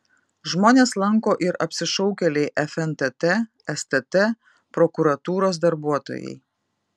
žmones lanko ir apsišaukėliai fntt stt prokuratūros darbuotojai